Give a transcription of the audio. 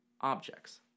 objects